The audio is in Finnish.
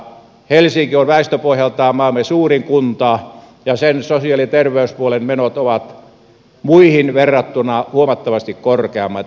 helsinki on väestöpohjaltaan maamme suurin kunta ja sen sosiaali ja terveyspuolen menot ovat muihin verrattuna huomattavasti korkeammat